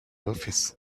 office